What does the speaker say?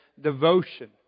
devotion